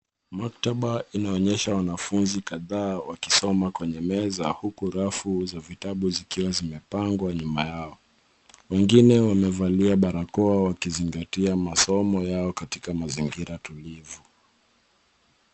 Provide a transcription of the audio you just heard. Maktaba inaonyesha wanafuzi kadhaa wakisoma kwenye meza uku rafu za vitabu zikiwa zimepangwa nyuma yao. Wengine wamevalia barakoa, wakizingatia masomo yao katika mazingira tulivu.